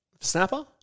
Snapper